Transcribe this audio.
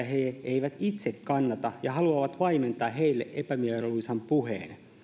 he eivät itse kannata ja haluavat vaimentaa heille epämieluisan puheen